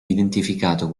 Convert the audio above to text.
identificato